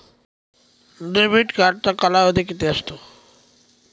Debit कार्डचा कालावधी किती असतो?